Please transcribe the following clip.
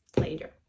later